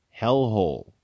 hellhole